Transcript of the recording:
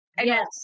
yes